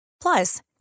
Plus